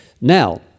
Now